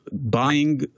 buying